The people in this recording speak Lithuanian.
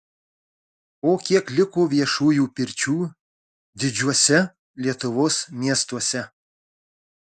o kiek liko viešųjų pirčių didžiuose lietuvos miestuose